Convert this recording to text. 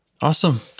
awesome